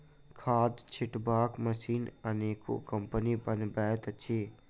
खाद छिटबाक मशीन अनेको कम्पनी बनबैत अछि